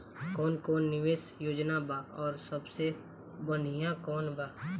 कवन कवन निवेस योजना बा और सबसे बनिहा कवन बा?